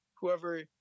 whoever